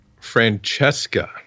Francesca